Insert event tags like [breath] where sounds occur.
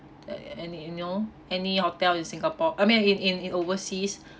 at any you know any hotel in singapore I mean in in in overseas [breath]